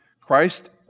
Christ